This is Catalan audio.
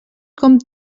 com